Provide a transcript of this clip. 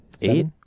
Eight